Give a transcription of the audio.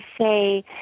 say